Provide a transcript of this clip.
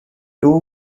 two